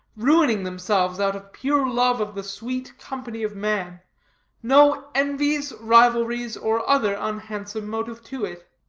ruining themselves out of pure love of the sweet company of man no envies, rivalries, or other unhandsome motive to it.